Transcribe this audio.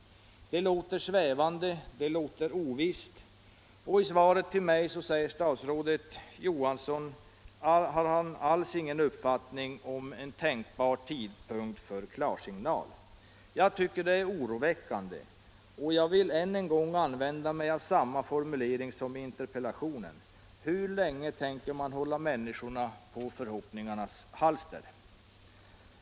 Det låter svävande och ovisst, och i svaret till mig har statsrådet alls ingen uppfattning om en tänkbar tidpunkt för klarsignal. Jag tycker att detta är oroväckande och vill än en gång använda mig av samma formulering som i interpellationen: Hur länge tänker man hålla människorna på förhoppningarnas halster?